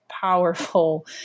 powerful